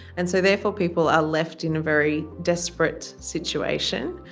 and so therefore people are left in a very desperate situation.